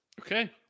Okay